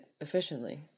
efficiently